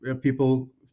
people